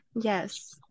yes